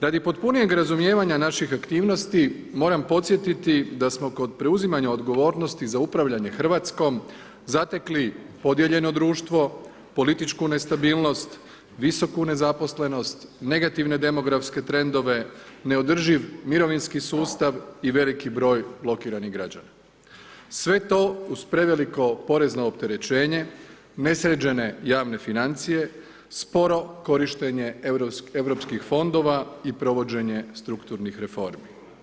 Radi potpunijeg razumijevanja naših aktivnosti moram podsjetiti da smo kod preuzimanja odgovornosti za upravljanje Hrvatskom zatekli podijeljeno društvo, političku nestabilnost, visoku nezaposlenost, negativne demografske trendove, neodrživ mirovinski sustav i veliki broj blokiranih građana sve to uz preveliko porezno opterećenje, ne sređene javne financije, sporo korištenje europskih fondova i provođenje strukturnih reformi.